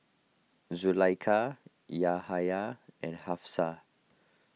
Zulaikha Yahaya and Hafsa